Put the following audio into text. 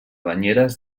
banyeres